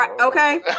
Okay